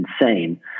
insane